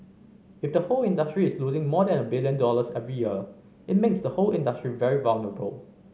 if the whole industry is losing more than a billion dollars every year it makes the whole industry very vulnerable